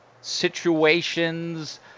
situations